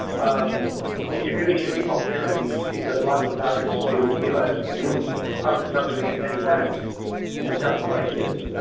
um it really should be called parentese, because lots of fathers do like ah ah myself doing it many times myself, to my kids, yeah